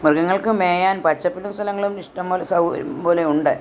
മൃഗങ്ങൾക്ക് മേയാൻ പച്ചപ്പുള്ള സ്ഥലങ്ങളും ഇഷ്ടം പോലെ സൗകര്യം പോലെ ഉണ്ട്